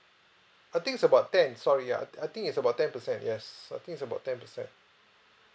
I think it's about ten sorry ya I I think it's about ten percent yes I think it's about ten percent